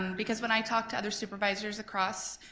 because when i talk to other supervisors across,